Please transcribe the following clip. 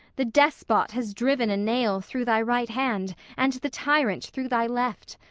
the despot has driven a nail through thy right hand, and the tyrant through thy left!